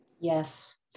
Yes